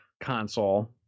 console